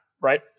right